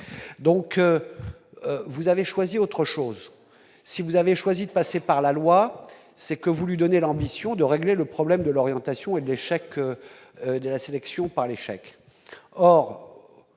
donc vous avez choisi autre chose si vous avez choisi de passer par la loi, c'est que vous lui donnez l'ambition de régler le problème de l'orientation et l'échec de la sélection par l'échec,